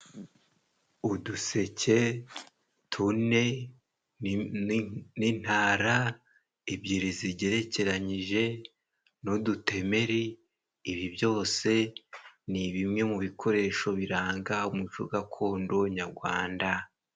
Uduseke tune n'intara ebyiri zigerekeranyije n'udutemeri ibi byose ni bimwe mu bikoresho biranga umuco gakondo nyarwanda.